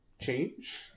change